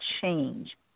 change